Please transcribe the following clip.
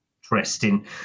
interesting